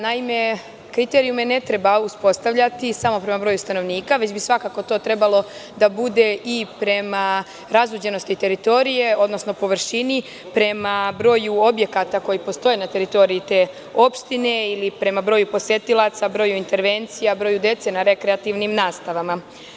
Naime, kriterijume ne treba uspostavljati samo prema broju stanovnika, već bi svakako to trebalo da bude i prema razuđenosti teritorije, odnosno površini, prema broju objekata koji postoje na teritoriji te opštine ili prema broju posetilaca, broju intervencija, broju dece na rekreativnim nastavama?